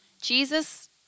Jesus